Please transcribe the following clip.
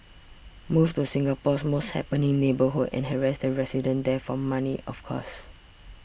move to Singapore's most happening neighbourhood and harass the residents there for money of course